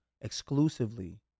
exclusively